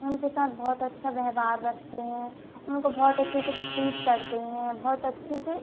उनके साथ बहुत अच्छा व्यवहार रखते हैं उनको बहुत अच्छे से ट्रीट करते है बहुत अच्छे से